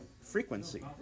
frequency